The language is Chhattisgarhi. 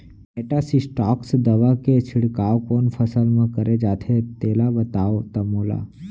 मेटासिस्टाक्स दवा के छिड़काव कोन फसल म करे जाथे तेला बताओ त मोला?